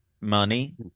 money